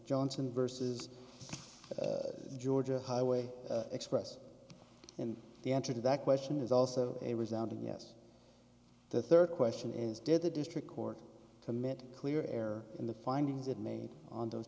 johnson versus georgia highway expressed in the answer to that question is also a resounding yes the third question is did the district court commit clear air in the findings it made on those